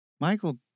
Michael